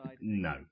No